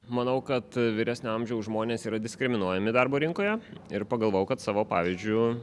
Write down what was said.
manau kad vyresnio amžiaus žmonės yra diskriminuojami darbo rinkoje ir pagalvojau kad savo pavyzdžiu